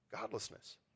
Godlessness